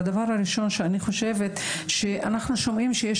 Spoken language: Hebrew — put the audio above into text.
הדבר הראשון שאני חושבת שאנחנו שומעים שיש